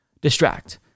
distract